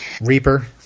Reaper